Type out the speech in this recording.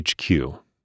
HQ